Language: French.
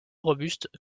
robustes